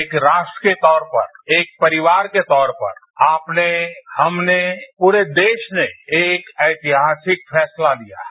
एक राष्ट्र के तौर पर एक परिवार के तौर पर आपने हमने प्ररे देश ने एक ऐतिहासिक फैसला लिया है